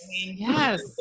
Yes